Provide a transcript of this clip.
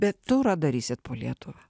bet turą darysit po lietuvą